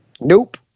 Nope